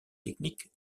techniques